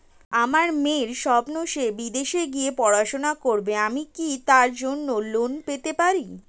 আমার মেয়ের স্বপ্ন সে বিদেশে গিয়ে পড়াশোনা করবে আমি কি তার জন্য লোন পেতে পারি?